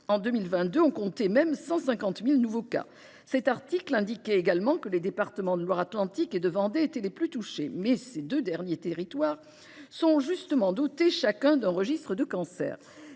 En 2022, on comptait même 150 000 nouveaux cas. Cet article indiquait également que les départements de Loire-Atlantique et de Vendée étaient les plus touchés. Or ces deux territoires sont justement dotés chacun d'un registre des cancers.